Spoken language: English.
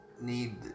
need